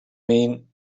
mean